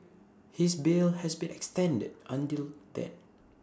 his bail has been extended until then